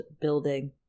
building